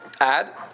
Add